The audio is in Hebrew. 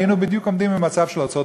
היינו עומדים בדיוק במצב של ארצות-הברית,